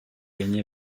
gagné